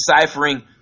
deciphering